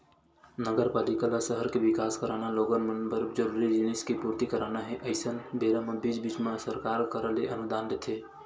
नगरपालिका ल सहर के बिकास कराना लोगन मन बर जरूरी जिनिस के पूरति कराना हे अइसन बेरा म बीच बीच म सरकार करा ले अनुदान लेथे